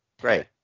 Great